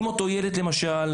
אם אותו ילד למשל